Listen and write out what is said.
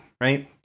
right